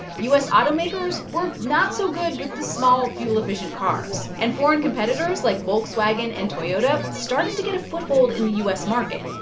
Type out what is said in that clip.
u s. automakers were not so good with the small, fuel-efficient cars. and foreign competitors like volkswagen and toyota started to get a foothold in the u s. market,